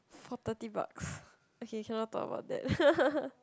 for thirty bucks okay cannot talk about that